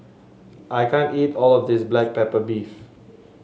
I can't eat all of this Black Pepper Beef